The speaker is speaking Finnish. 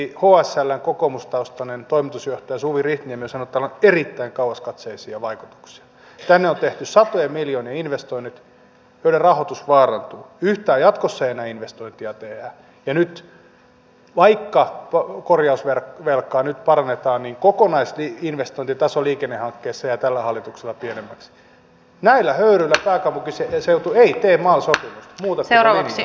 tällä hetkellä esimerkiksi meidän ruuantuotantotilanteemme on sellainen että omavaraisuus on laskenut koko ajan ja tässä epävarmassa maailmantilanteessa meidän tulisi tehdä kaikkemme että jos esimerkiksi rajoilla tulisi sellainen tilanne että erilaisia elintarvikkeita on vaikeampi saada niin tämänhetkiseen tilanteeseen joka ei ole hyvä on puututtava